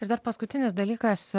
ir dar paskutinis dalykas